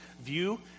view